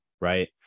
right